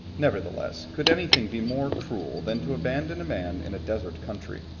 nevertheless, could anything be more cruel than to abandon a man in a desert country,